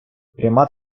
пряма